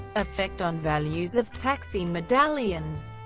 effect on values of taxi medallions